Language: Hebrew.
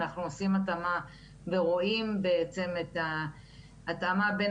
אנחנו עושים התאמה ורואים בעצם את ההתאמה בין